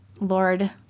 Lord